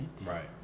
Right